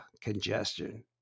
congestion